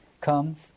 comes